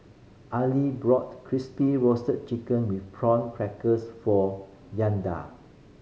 Aili brought Crispy Roasted Chicken with Prawn Crackers for Yandel